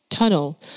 tunnel